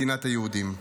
מדינת היהודים.